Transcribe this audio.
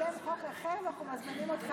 לקדם חוק אחר, ואנחנו מזמינים אותך